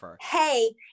hey